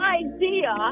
idea